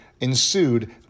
ensued